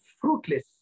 fruitless